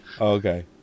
Okay